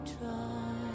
try